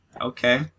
Okay